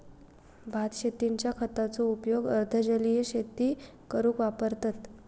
भात शेतींच्या खताचो उपयोग अर्ध जलीय शेती करूक वापरतत